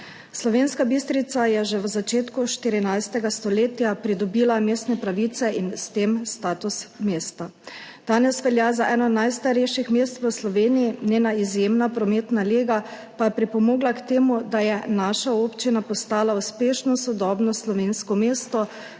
Slovenska Bistrica je že v začetku 14. stoletja pridobila mestne pravice in s tem status mesta. Danes velja za eno najstarejših mest v Sloveniji, njena izjemna prometna lega pa je pripomogla k temu, da je naša občina postala uspešno, sodobno slovensko mesto